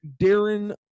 Darren